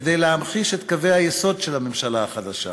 כדי להמחיש את קווי היסוד של הממשלה החדשה: